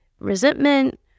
resentment